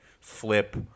flip